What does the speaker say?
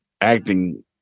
acting